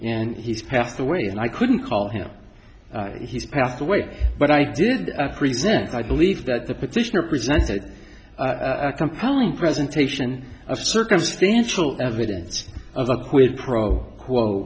and he's passed away and i couldn't call him he's passed away but i did present i believe that the petitioner presented a compelling presentation of circumstantial evidence of a quid pro quo